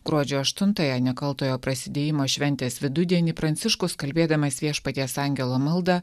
gruodžio aštuntąją nekaltojo prasidėjimo šventės vidudienį pranciškus kalbėdamas viešpaties angelo maldą